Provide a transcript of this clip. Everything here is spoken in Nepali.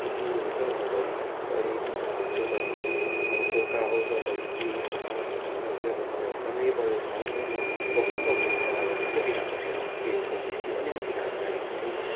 खोई के हुन्छ हुन्छ घरि घरि बिमार हुन्छु घरि फोका आउँछ घरि केही हुन्छ अन्त समर चाहिँ अब मलाई मनैपर्दैन भने नि त अब बस्नै सक्दिनँ मलाई अब यस्तो बिना पसिना आउँछ कि अब बेसी अलिकति घाम लाग्यो भने पनि